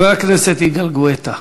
חבר הכנסת יגאל גואטה.